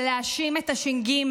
של להאשים את הש"ג.